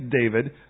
David